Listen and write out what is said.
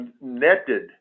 netted